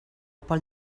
pel